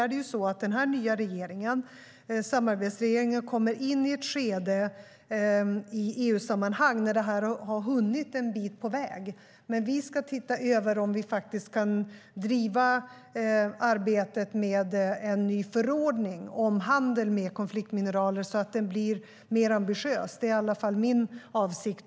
Den nuvarande regeringen, samarbetsregeringen, kommer dock i EU-sammanhanget in i ett skede när arbetet redan har kommit en bit på väg. Vi ska titta över det för att se om vi kan driva frågan om en ny förordning för handeln med konfliktmineraler så att förordningen blir mer ambitiös och effektiv. Det är i alla fall min avsikt.